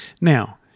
Now